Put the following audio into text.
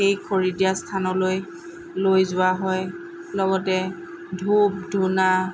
সেই খৰি দিয়া স্থানলৈ লৈ যোৱা হয় লগতে ধূপ ধূনা